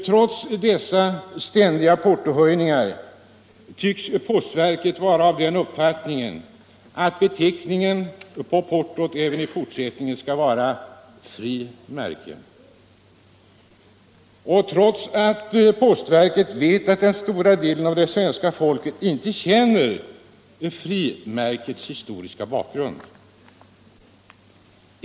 Trots dessa ständiga portohöjningar tycks postverket vara av den uppfattningen att beteckningen på portot även i fortsättningen skall vara frimärke, och trots att postverket vet att den stora delen av det svenska folket inte känner till frimärkets historiska bakgrund.